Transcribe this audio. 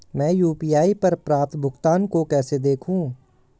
मैं यू.पी.आई पर प्राप्त भुगतान को कैसे देखूं?